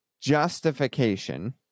justification